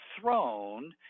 throne